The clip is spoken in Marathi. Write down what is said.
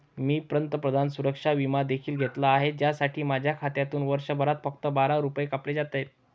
मी पंतप्रधान सुरक्षा विमा देखील घेतला आहे, ज्यासाठी माझ्या खात्यातून वर्षभरात फक्त बारा रुपये कापले जातात